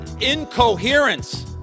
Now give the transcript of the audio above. incoherence